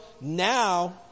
now